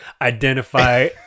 Identify